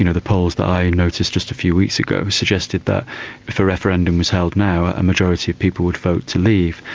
you know the polls that i noticed just a few weeks ago suggested that if a referendum was held now, a majority of people would vote to leave.